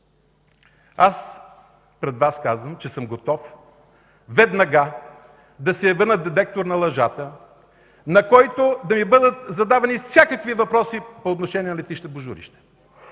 Аз пред Вас казвам, че съм готов веднага да се явя на детектор на лъжата, на който да ми бъдат задавани всякакви въпроси по отношение на летище „Божурище”,